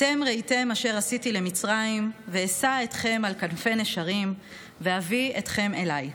אתם ראיתם אשר עשיתי למצרים ואשא אתכם על כנפי נשרים ואביא אתכם אלי,